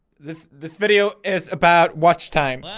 this this video is about watchtime